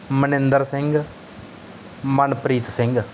Maninder Singh Manpreet Singh